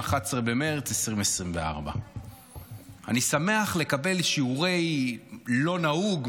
11 במרץ 2024. אני שמח לקבל "שיעורי לא נהוג",